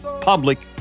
public